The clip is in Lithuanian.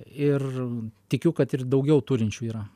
ir tikiu kad ir daugiau turinčių yra